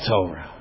Torah